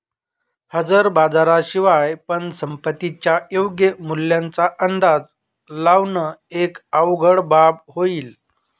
हजर बाजारा शिवाय पण संपत्तीच्या योग्य मूल्याचा अंदाज लावण एक अवघड बाब होईल